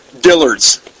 Dillard's